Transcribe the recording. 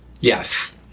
Yes